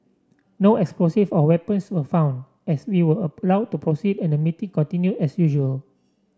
no explosive or weapons were found as we were allowed to proceed and the meeting continued as usual